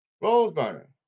Rolls-Burner